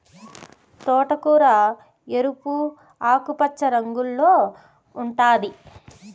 తోటకూర ఎరుపు, ఆకుపచ్చ రంగుల్లో ఉంటాది